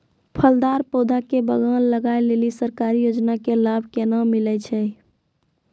फलदार पौधा के बगान लगाय लेली सरकारी योजना के लाभ केना मिलै छै?